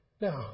Now